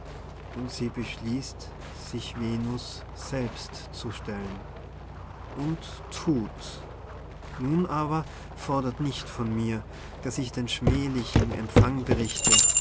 und sie beschließt sich venus selbst zu stellen und thuts nun aber fordert nicht von mir daß ich den schmählichen empfang berichte